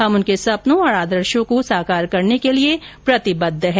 हम उनके सपनों और आदर्शों को साकार करने के लिए प्रतिबद्व है